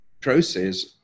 process